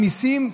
עם מיסים?